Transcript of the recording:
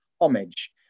homage